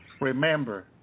remember